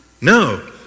No